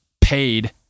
paid